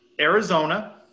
Arizona